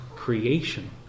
Creation